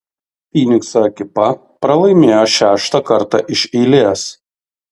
fynikso ekipa pralaimėjo šeštą kartą iš eilės